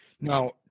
Now